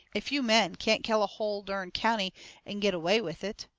a few men can't kill a hull, dern county and get away with it.